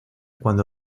cuando